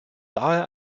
daher